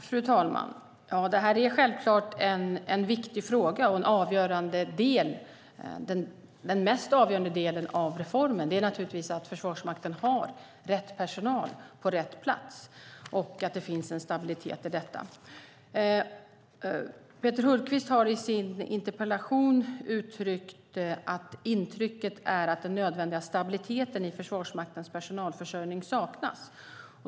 Fru talman! Det här är självklart en viktig fråga. Den mest avgörande delen av reformen är naturligtvis att Försvarsmakten har rätt personal på rätt plats och att det finns en stabilitet i detta. Peter Hultqvist har i sin interpellation uttryckt att intrycket är att den nödvändiga stabiliteten i Försvarsmaktens personalförsörjning saknas.